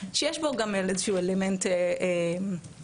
שיש בו גם איזשהו אלמנט פרסומי,